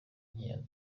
nkeya